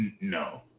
No